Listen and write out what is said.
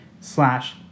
slash